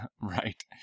Right